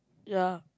ya